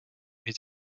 his